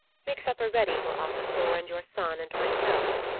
make supper ready for asa thor and your son and myself,